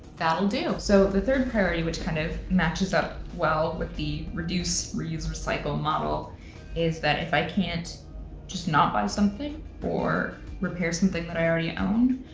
that'll do. so the third priority which kind of matches up well with the reduce, reuse, recycle model is that if i can't just not buy something or repair something that i already own,